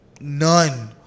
none